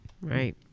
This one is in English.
Right